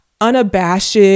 unabashed